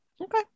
Okay